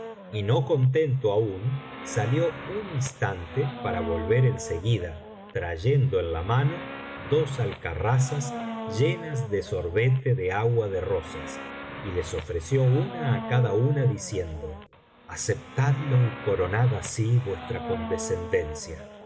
y no contento aún salió un instante para volver en seguida trayendo en la mano dos alcarrazas llenas de sorbete de agua de rosas y les ofreció una á cada uno diciendo aceptadlo y coronad así vuestra condescendencia